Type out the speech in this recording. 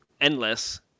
endless